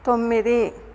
తొమ్మిది